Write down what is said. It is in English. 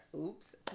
Oops